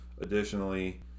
Additionally